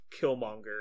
Killmonger